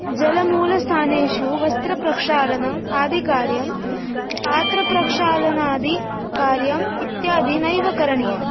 जलमूलस्थानेषु वस्त्रप्रक्षालनम् आदिकार्यं पात्रप्रक्षालनादिकार्यम् इत्यादि नैव करणीयम्